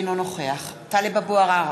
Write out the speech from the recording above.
אינו נוכח טלב אבו עראר,